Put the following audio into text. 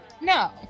No